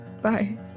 bye